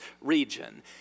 region